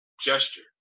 gesture